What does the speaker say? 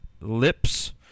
Lips